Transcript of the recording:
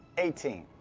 eighteen.